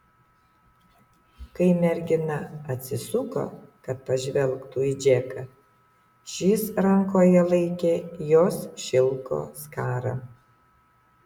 kai mergina atsisuko kad pažvelgtų į džeką šis rankoje laikė jos šilko skarą